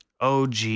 OG